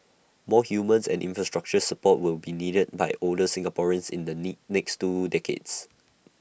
more humans and infrastructural support will be needed by older Singaporeans in the next two decades